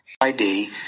id